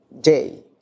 day